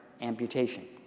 amputation